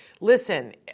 listen